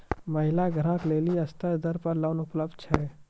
महिला ग्राहक लेली सस्ता दर पर लोन उपलब्ध छै?